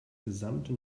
gesamte